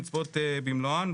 לצפות במלואם,